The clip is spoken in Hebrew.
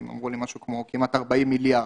אמרו לי משהו כמו כמעט 40 מיליארד.